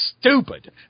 stupid